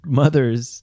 mothers